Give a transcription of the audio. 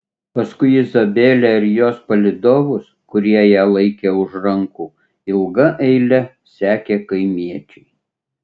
paskui izabelę ir jos palydovus kurie ją laikė už rankų ilga eile sekė kaimiečiai